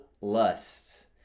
lusts